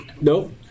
nope